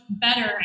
better